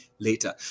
later